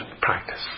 practice